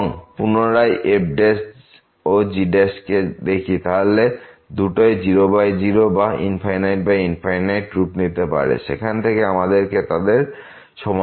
এবং পুনরায় যদি f ও gকে দেখি তাহলে দুটোই 00 বা ∞∞ রূপ নিতে পারে যেখান থেকে আমাদেরকে তাদের সমানুপাতিক মান নির্ণয় করতে হবে